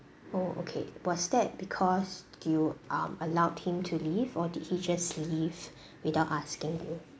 oh okay was that because do you um allowed him to leave or did he just leave without asking you